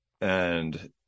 and-